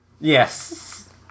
Yes